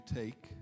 take